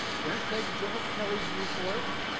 don't take general kelly's view for it.